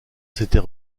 s’était